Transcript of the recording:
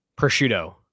prosciutto